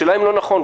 השאלה אם לא נכון,